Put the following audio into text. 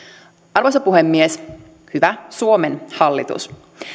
arvoisa puhemies hyvä suomen hallitus